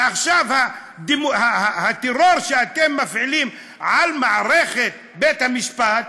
ועכשיו, הטרור שאתם מפעילים על מערכת בית-המשפט,